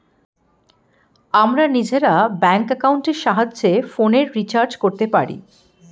আমরা নিজেরা ব্যাঙ্ক অ্যাকাউন্টের সাহায্যে ফোনের রিচার্জ করতে পারি